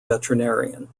veterinarian